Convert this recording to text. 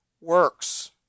works